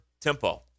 tempo